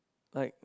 like